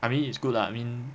I mean it's good lah I mean